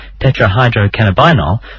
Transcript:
tetrahydrocannabinol